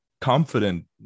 confident